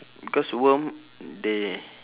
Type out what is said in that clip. because worm they